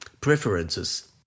preferences